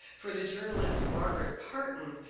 for the journalist margaret parton,